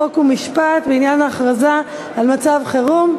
חוק ומשפט בעניין הכרזה על מצב חירום,